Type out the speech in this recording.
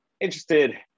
interested